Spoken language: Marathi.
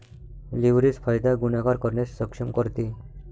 लीव्हरेज फायदा गुणाकार करण्यास सक्षम करते